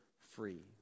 free